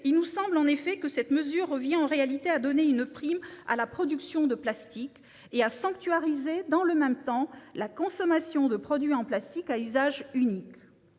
Ni concertée ni évaluée, cette mesure revient pour nous en réalité à donner une prime à la production de plastique et à sanctuariser, dans le même temps, la consommation de produits en plastique à usage unique.